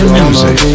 music